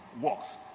works